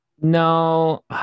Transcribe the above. No